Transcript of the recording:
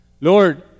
Lord